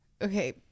Okay